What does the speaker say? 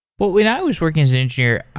but when i was working as an engineer,